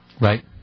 Right